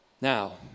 Now